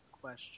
question